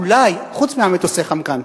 אולי חוץ ממטוסי ה"חמקן",